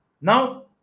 Now